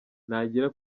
ntagira